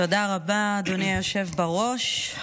תודה רבה, אדוני היושב-ראש.